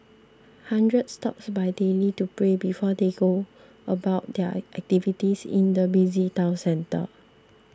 hundreds stop by daily to pray before they go about their activities in the busy town centre